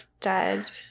dead